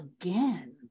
again